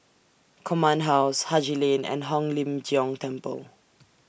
Command House Haji Lane and Hong Lim Jiong Temple